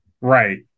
Right